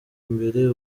imbere